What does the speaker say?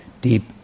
deep